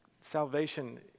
Salvation